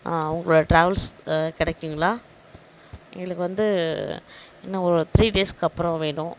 உங்கள் டிராவல்ஸ் எதாவது கிடைக்குங்களா எங்களுக்கு வந்து இன்னும் ஒரு த்ரீ டேஸ்க்கு அப்புறம் வேணும்